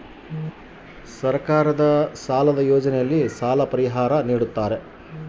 ಯಾವ ಸರ್ಕಾರದ ಯೋಜನೆಯಲ್ಲಿ ಸಾಲ ಪರಿಹಾರ ನೇಡುತ್ತಾರೆ?